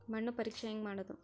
ಮಣ್ಣು ಪರೇಕ್ಷೆ ಹೆಂಗ್ ಮಾಡೋದು?